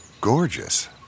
gorgeous